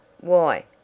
Why